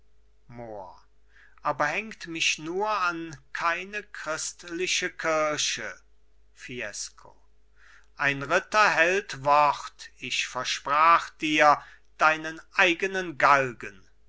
aber hängt mich nur an keine christliche kirche fiesco ein ritter hält wort ich versprach dir deinen eigenen galgen